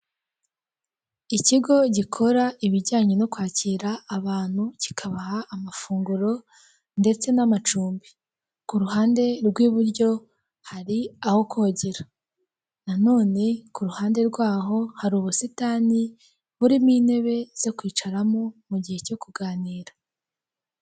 Ikigo gikora ibijyanye no kwakira abantu kikabaha amafunguro, ndetse n'amacumbi. Ku ruhande rw'iburyo hari aho kogera. Nanone ku ruhande rwaho hari ubusitani buri mo intebe zo kwicaramo mu gihe cyo kuganira.